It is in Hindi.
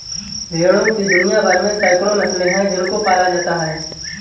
भेड़ों की दुनिया भर में सैकड़ों नस्लें हैं जिनको पाला जाता है